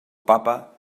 papa